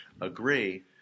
agree